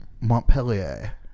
Montpellier